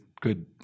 good